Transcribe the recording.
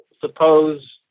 Suppose